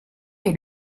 est